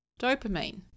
dopamine